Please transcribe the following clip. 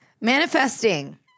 manifesting